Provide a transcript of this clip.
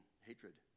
hatred